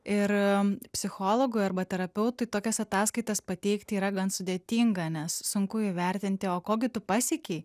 ir psichologui arba terapeutui tokias ataskaitas pateikti yra gan sudėtinga nes sunku įvertinti o ko gi tu pasiekei